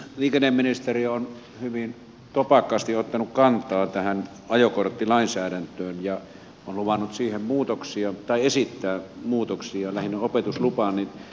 liikenneministeriö on hyvin topakasti ottanut kantaa tähän ajokorttilainsäädäntöön ja esittää siihen muutoksia lähinnä opetuslupaan